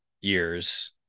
years